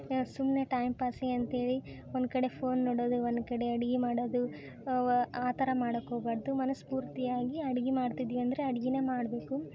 ಏನೋ ಸುಮ್ಮನೆ ಟೈಮ್ ಪಾಸಿಗೆ ಅಂತೇಳಿ ಒಂದು ಕಡೆ ಫೋನ್ ನೋಡೋದು ಒಂದು ಕಡೆ ಅಡ್ಗೆ ಮಾಡೋದು ಆ ಥರ ಮಾಡಕ್ಕೆ ಹೋಗ್ಬಾಡ್ದು ಮನಸ್ಸು ಪೂರ್ತಿಯಾಗಿ ಅಡಿಗೆ ಮಾಡ್ತಿದೀವಿ ಅಂದರೆ ಅಡ್ಗೆನೆ ಮಾಡಬೇಕು